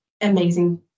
amazing